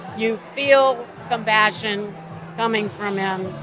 you feel compassion coming from him.